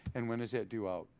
and when is it due out?